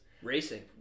Racing